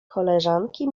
koleżanki